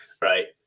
right